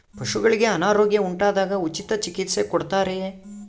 ಪಶುಗಳಿಗೆ ಅನಾರೋಗ್ಯ ಉಂಟಾದಾಗ ಉಚಿತ ಚಿಕಿತ್ಸೆ ಕೊಡುತ್ತಾರೆಯೇ?